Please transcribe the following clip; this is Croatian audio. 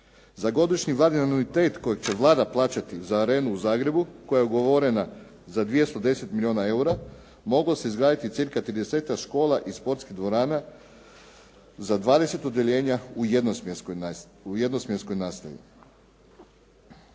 Za godišnji Vladin anuitet kojeg će Vlada plaćati za Arenu u Zagrebu koja je ugovorena za 210 milijuna eura moglo se izgraditi cca 30-ak škola i sportskih dvorana za 20 odjeljenja u jednosmjerskoj nastavi.